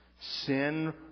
Sin